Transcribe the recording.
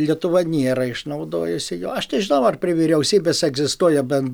lietuva nėra išnaudojusi jo aš nežinau ar prie vyriausybės egzistuoja ben